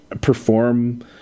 perform